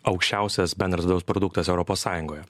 aukščiausias bendras vidaus produktas europos sąjungoje